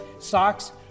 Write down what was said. socks